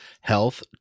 health